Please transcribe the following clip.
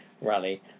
rally